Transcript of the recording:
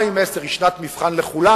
2010 היא שנת מבחן לכולנו,